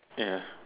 ya